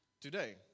today